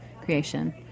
creation